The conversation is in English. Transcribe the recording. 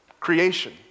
Creation